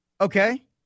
Okay